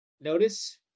Notice